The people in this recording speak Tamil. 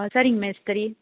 ஆ சரிங்க மேஸ்திரி